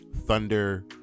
Thunder